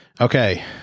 Okay